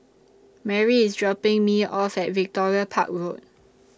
Merri IS dropping Me off At Victoria Park Road